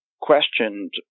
questioned